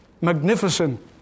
magnificent